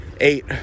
eight